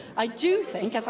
i do think,